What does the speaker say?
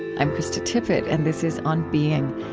i'm krista tippett, and this is on being.